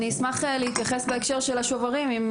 אני